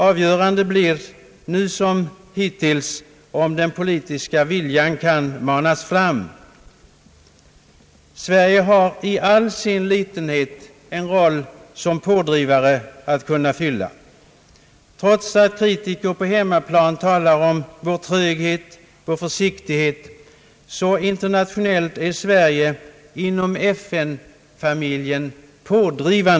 Avgörande blir nu såsom hittills om den politiska viljan kan manas fram. Sverige har i all sin litenhet en roll såsom pådrivare. Trots att kritiker på hemmaplan talar om vår tröghet och vår försiktighet, är Sverige in ternationellt pådrivande i FN-familjen.